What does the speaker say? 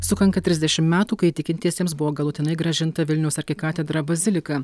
sukanka trisdešimt metų kai tikintiesiems buvo galutinai grąžinta vilniaus arkikatedra bazilika